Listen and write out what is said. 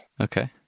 Okay